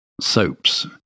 soaps